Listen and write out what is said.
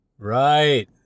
right